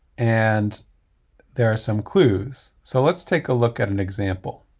and there are some clues, so let's take a look at an example.